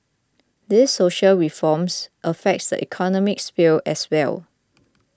these social reforms affect the economic sphere as well